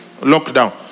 Lockdown